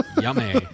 Yummy